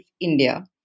India